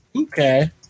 Okay